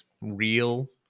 real